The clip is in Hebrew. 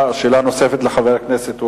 חבר הכנסת אורבך,